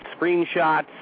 screenshots